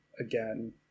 again